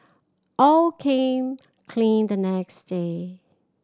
aw came clean the next day